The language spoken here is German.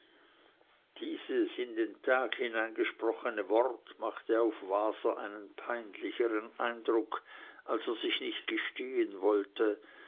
dieses in den tag hinein gesprochene wort machte auf waser einen peinlichern eindruck als er sich nicht gestehen wollte